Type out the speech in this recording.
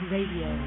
Radio